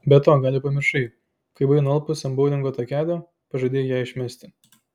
be to gal jau pamiršai kai buvai nualpusi ant boulingo takelio pažadėjai ją išmesti